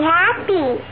happy